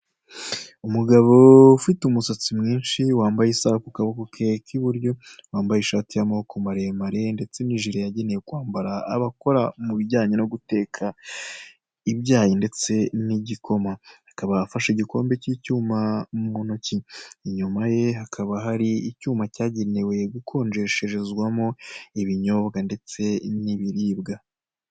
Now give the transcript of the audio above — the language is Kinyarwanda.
Umugabo ufite umusatsi mwinshi, wambaye isaha ku kaboko ke k'iburyo, wambaye ishati y'amaboko maremare ndetse n'ijiri yagenewe kwambara abakora mu bijyanye no guteka ibyayi ndetse n'igikoma, akaba afashe igikombe cy'icyuma mu ntoki, inyuma ye hakaba hari icyuma cyagenewe gukonjesherezwamo ibinyobwa ndetse n'ibiribwa.